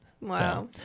Wow